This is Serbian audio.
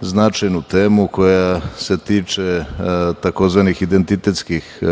značajnu temu koja se tiče tzv. identitetskih